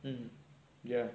mm ya